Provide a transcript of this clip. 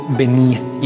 beneath